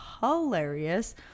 hilarious